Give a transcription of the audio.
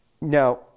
Now